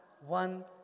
one